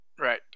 Right